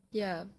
ya